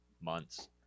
months